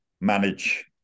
manage